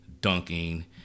dunking